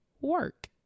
Work